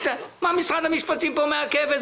למה משרד המשפטים מעכב את